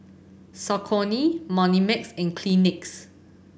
Saucony Moneymax and Kleenex